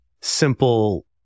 simple